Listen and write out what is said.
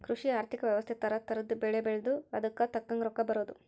ಕೃಷಿ ಆರ್ಥಿಕ ವ್ಯವಸ್ತೆ ತರ ತರದ್ ಬೆಳೆ ಬೆಳ್ದು ಅದುಕ್ ತಕ್ಕಂಗ್ ರೊಕ್ಕ ಬರೋದು